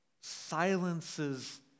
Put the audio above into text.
silences